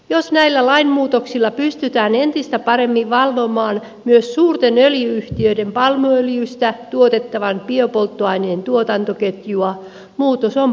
jos näillä lainmuutoksilla pystytään entistä paremmin valvomaan myös suurten öljy yhtiöiden palmuöljystä tuotettavan biopolttoaineen tuotantoketjua muutos on paikallaan